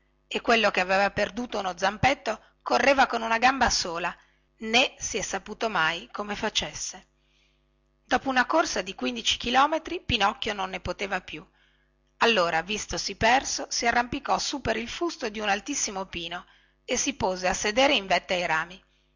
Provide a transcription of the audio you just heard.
e quello che aveva perduto uno zampetto correva con una gamba sola né si è saputo mai come facesse dopo una corsa di quindici chilometri pinocchio non ne poteva più allora vistosi perso si arrampicò su per il fusto di un altissimo pino e si pose a sedere in vetta ai rami